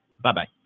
Bye-bye